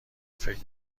فکر